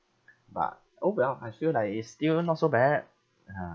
but orh well I feel like it's still not so bad yeah